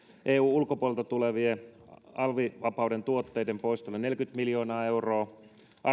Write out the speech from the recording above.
eun ulkopuolelta tulevien alvivapaiden tuotteiden poistaminen neljäkymmentä miljoonaa euroa